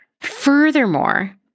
Furthermore